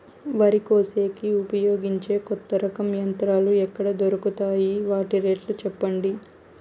వరి కోసేకి ఉపయోగించే కొత్త రకం యంత్రాలు ఎక్కడ దొరుకుతాయి తాయి? వాటి రేట్లు చెప్పండి?